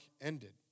ended